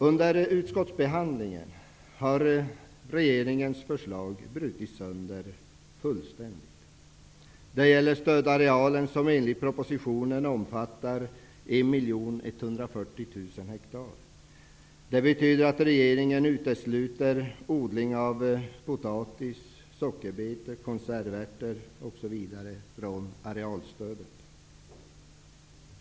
Under utskottsbehandlingen har regeringens förslag fullständigt brutits sönder. Det gäller stödarealen som enligt propositionen omfattar 1 140 000 ha. Det betyder att regeringen utesluter odling av potatis, sockerbetor, konservärtor osv. från arealstödet.